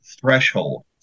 threshold